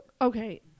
Okay